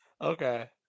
Okay